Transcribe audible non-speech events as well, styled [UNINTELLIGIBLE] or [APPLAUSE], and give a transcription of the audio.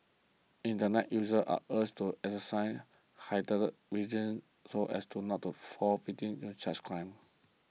internet users are urged to exercise heightened [UNINTELLIGIBLE] so as to not to fall victim to such crimes